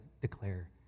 declare